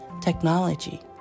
technology